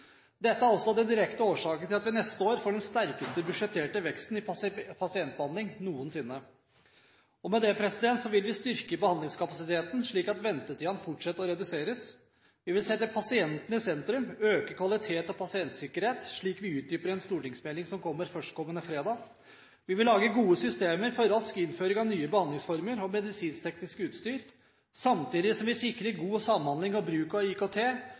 Dette er også den direkte årsaken til at vi neste år får den sterkeste budsjetterte veksten i pasientbehandling noensinne. Med det vil vi styrke behandlingskapasiteten, slik at ventetiden fortsatt reduseres – vi vil sette pasienten i sentrum, øke kvalitet og pasientsikkerhet, slik vi utdyper det i en stortingsmelding som kommer førstkommende fredag. Vi vil lage gode systemer for rask innføring av nye behandlingsformer og medisinsk-teknisk utstyr, samtidig som vi sikrer god samhandling og bruk av IKT,